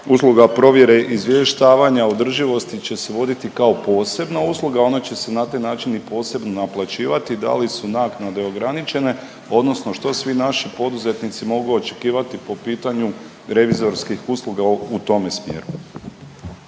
usluga provjere izvještavanja održivosti će se voditi kao posebna usluga. Ona će se na taj način i posebno naplaćivati. Da li su naknade ograničene, odnosno što svi naši poduzetnici mogu očekivati po pitanju revizorskih usluga u tome smjeru?